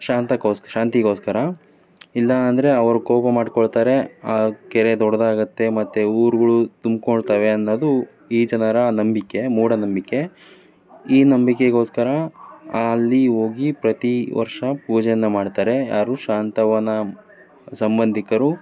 ಶಾಂತಕ್ಕೋಸ್ ಶಾಂತಿಗೋಸ್ಕರ ಇಲ್ಲ ಅಂದರೆ ಅವ್ರು ಕೋಪ ಮಾಡಿಕೊಳ್ತಾರೆ ಆ ಕೆರೆ ದೊಡ್ಡದಾಗತ್ತೆ ಮತ್ತು ಊರ್ಗಳು ತುಂಬಿಕೊಳ್ತವೆ ಅನ್ನೋದು ಈ ಜನರ ನಂಬಿಕೆ ಮೂಢನಂಬಿಕೆ ಈ ನಂಬಿಕೆಗೋಸ್ಕರ ಅಲ್ಲಿ ಹೋಗಿ ಪ್ರತಿ ವರ್ಷ ಪೂಜೆಯನ್ನು ಮಾಡ್ತಾರೆ ಯಾರು ಶಾಂತವ್ವನ ಸಂಬಂಧಿಕರು